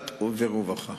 או הצעת חוק והצעה לסדר-היום.